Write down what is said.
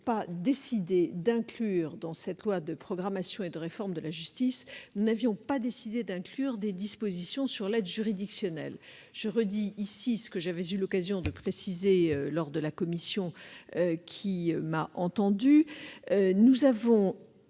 nous n'avions pas décidé d'inclure dans cette loi de programmation et de réforme de la justice des dispositions sur l'aide juridictionnelle. Je redis ici ce que j'ai eu l'occasion de préciser devant la commission qui m'a entendue